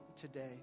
today